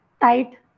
tight